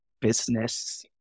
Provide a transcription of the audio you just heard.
business